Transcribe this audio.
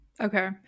Okay